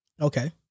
Okay